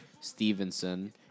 Stevenson